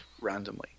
randomly